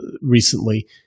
recently